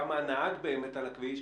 כמה הנהג על הכביש,